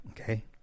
okay